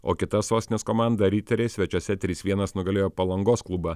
o kita sostinės komanda riteriai svečiuose trys vienas nugalėjo palangos klubą